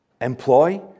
employ